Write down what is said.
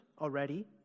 already